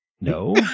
No